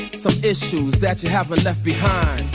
some issues that you haven't left behind.